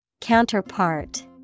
Counterpart